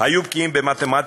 היו בקיאים במתמטיקה,